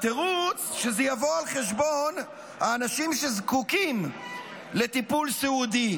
התירוץ: שזה יבוא על חשבון האנשים שזקוקים לטיפול סיעודי.